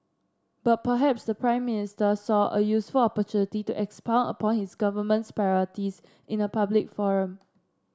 but perhaps the Prime Minister saw a useful opportunity to expound upon his government's priorities in a public forum